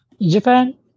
Japan